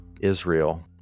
Israel